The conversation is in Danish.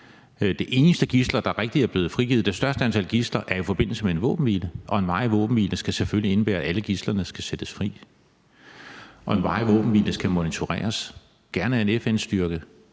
antal gidsler, der er blevet frigivet, er i forbindelse med en våbenhvile, og en varig våbenhvile skal selvfølgelig indebære, at alle gidslerne skal sættes fri, og en varig våbenhvile skal monitoreres, gerne af en FN-styrke,